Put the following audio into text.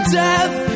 death